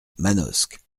manosque